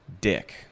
dick